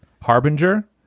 Harbinger